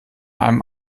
einem